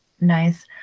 Nice